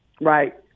right